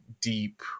deep